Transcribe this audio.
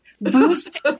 boost